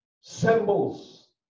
symbols